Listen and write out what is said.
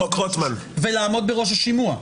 ולעמוד בראש השימוע.